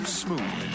smooth